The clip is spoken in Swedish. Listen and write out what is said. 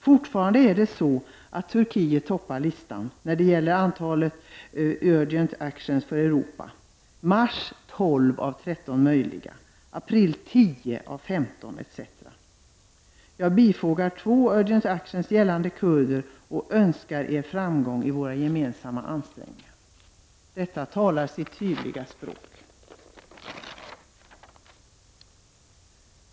Fortfarande är det så, att Turkiet toppar listan, när det gäller antalet UA för Europa: mars 12 av 13 möjliga, april 10 av 15 etc. Jag bifogar 2 UA gällande kurder och önskar er framgång i våra gemensamma ansträngningar!” Detta brev talar sitt tydliga språk.